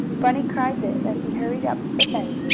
bunny cried this as he hurried up to the fence,